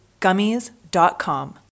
Gummies.com